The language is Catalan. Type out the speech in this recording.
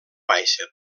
baixa